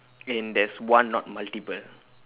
and there is one not multiple